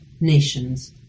nations